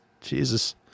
Jesus